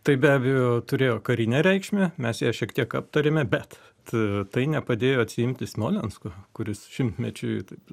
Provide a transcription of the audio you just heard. tai be abejo turėjo karinę reikšmę mes ją šiek tiek aptarėme bet tai nepadėjo atsiimti smolensko kuris šimtmečiui taip